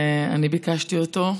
ואני ביקשתי אותו,